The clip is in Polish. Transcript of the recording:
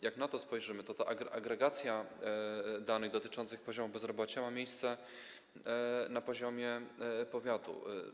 Jak na to spojrzymy, to ta agregacja danych dotyczących poziomu bezrobocia ma miejsce na poziomie powiatu.